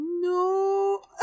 No